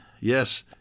yes